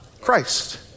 Christ